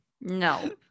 No